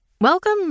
Welcome